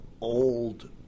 old